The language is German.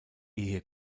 ehe